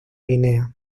guinea